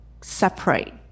separate